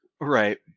right